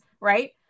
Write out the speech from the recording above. Right